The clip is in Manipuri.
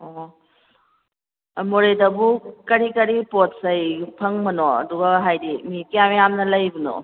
ꯑꯣ ꯃꯣꯔꯦꯗꯕꯨ ꯀꯔꯤ ꯀꯔꯤ ꯄꯣꯠꯆꯩ ꯐꯪꯕꯅꯣ ꯑꯗꯨꯒ ꯍꯥꯏꯗꯤ ꯃꯤ ꯀꯌꯥꯝ ꯌꯥꯝꯅ ꯂꯩꯕꯅꯣ